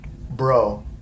Bro